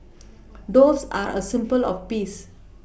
doves are a symbol of peace